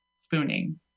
spooning